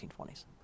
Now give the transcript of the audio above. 1920s